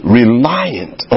reliant